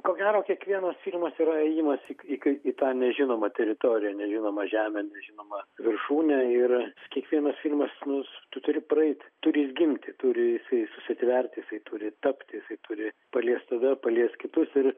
ko gero kiekvienas filmas yra ėjimas į ką į tą nežinomą teritoriją nežinomą žemę nežinomą viršūnę ir kiekvienas filmas nu jis tu turi praeiti turi jisai gimti turi jisai susiverti jisai turi tapti jisai turi paliest tave paliest kitus ir